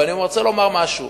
ואני רוצה לומר משהו.